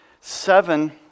Seven